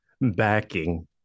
backing